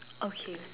okay